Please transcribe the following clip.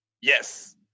Yes